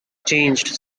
changed